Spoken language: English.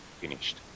finished